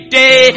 day